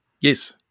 Yes